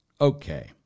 okay